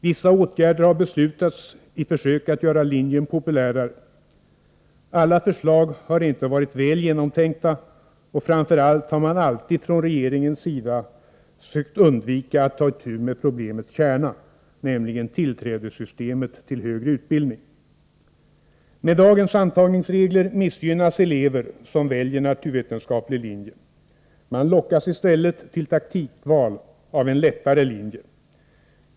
Vissa åtgärder har beslutats i försök att göra linjen populärare. Alla förslag har inte varit väl genomtänkta och framför allt har man alltid från regeringens sida försökt undvika att ta itu med problemets kärna, nämligen systemet för tillträde till högre utbildning. Med dagens antagningsregler missgynnas elever som väljer naturvetenskaplig linje. Man lockas i stället till taktikval av en lättare linje.